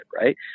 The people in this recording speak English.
right